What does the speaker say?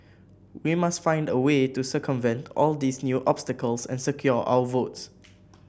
we must find a way to circumvent all these new obstacles and secure our votes